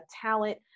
talent